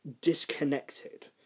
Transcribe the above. disconnected